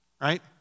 right